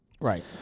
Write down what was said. Right